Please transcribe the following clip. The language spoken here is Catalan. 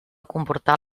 comportar